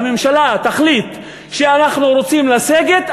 הממשלה תחליט שאנחנו רוצים לסגת,